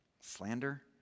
slander